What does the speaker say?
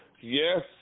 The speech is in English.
Yes